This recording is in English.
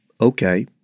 okay